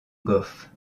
goff